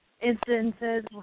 instances